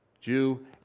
Jew